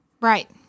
Right